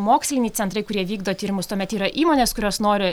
moksliniai centrai kurie vykdo tyrimus tuomet yra įmonės kurios nori